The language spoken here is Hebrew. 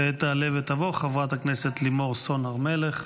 כעת תעלה ותבוא חברת הכנסת לימור סון הר מלך,